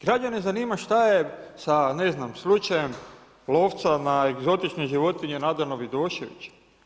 Građane zanima šta je sa ne znam slučajem lovca na egzotične životinje Nadana Vidoševića.